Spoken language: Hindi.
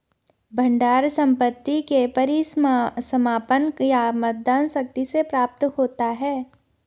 भंडार संपत्ति के परिसमापन या मतदान शक्ति से प्राप्त होता है